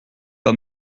pas